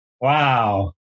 Wow